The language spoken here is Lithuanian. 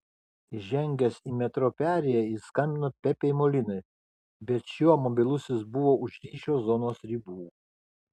įžengęs į metro perėją jis skambino pepei molinai bet šio mobilusis buvo už ryšio zonos ribų